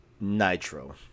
Nitro